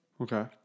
Okay